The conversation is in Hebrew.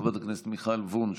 חברת הכנסת מיכל וונש,